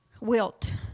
Wilt